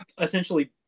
essentially